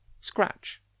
scratch